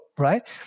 right